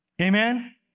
Amen